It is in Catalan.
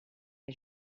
que